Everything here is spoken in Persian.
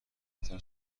قطار